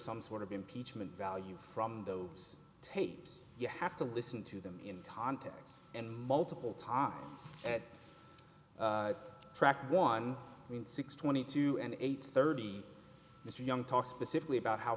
some sort of impeachment value from those tapes you have to listen to them in context and multiple top track one in six twenty two and eight thirty this young talk specifically about how